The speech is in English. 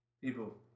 people